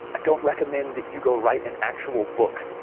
i don't recommend that you go write an actual book,